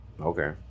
Okay